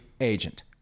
agent